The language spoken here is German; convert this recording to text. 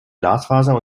glasfaser